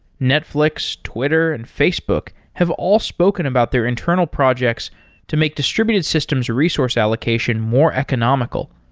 netflix, twitter and facebook have all spoken about their internal projects to make distributed systems resource allocation more economical.